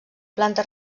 planta